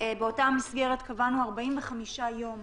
באותה מסגרת קבענו 45 יום.